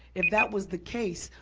if that was the case,